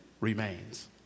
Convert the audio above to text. remains